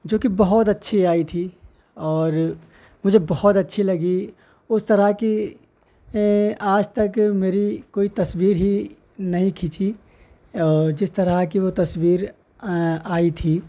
جو کہ بہت اچھی آئی تھی اور مجھے بہت اچھی لگی اس طرح کی آج تک میری کوئی تصویر ہی نہیں کھنچی جس طرح کی وہ تصویر آئی تھی